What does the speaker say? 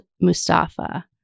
Mustafa